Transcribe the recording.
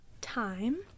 Time